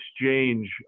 exchange